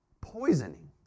Poisoning